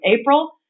April